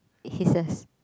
it hisses